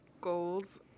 goals